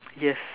yes